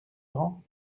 laurent